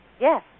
Yes